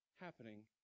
happening